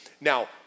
Now